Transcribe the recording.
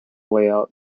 layout